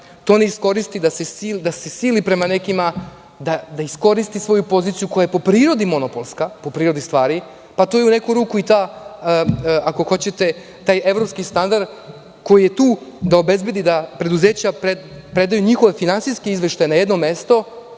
to ne iskoristi da se sili prema nekima, da iskoristi svoju poziciju koja je po prirodi monopolska, po prirodi stvari, pa to je u neku ruku i taj ako hoćete i taj evropski standard, koji je tu da obezbedi da preduzeća predaju njihove finansijske izveštaje na jedno mesto,